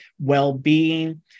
well-being